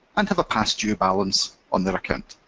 and have a past year balance on their account.